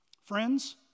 Friends